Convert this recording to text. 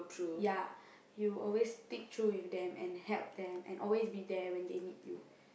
ya you always stick through with them and help them and always be there when they need you